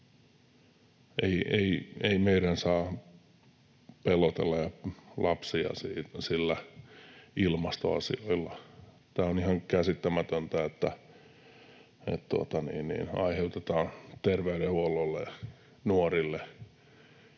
Ei meidän saa pelotella lapsia ilmastoasioilla. Tämä on ihan käsittämätöntä, että aiheutetaan terveydenhuollolle kustannuksia